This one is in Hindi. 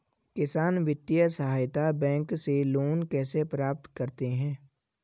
किसान वित्तीय सहायता बैंक से लोंन कैसे प्राप्त करते हैं?